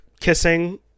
kissing